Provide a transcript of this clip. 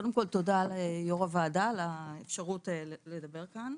קודם כל תודה ליו"ר הוועדה על האפשרות לדבר כאן.